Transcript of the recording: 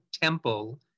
temple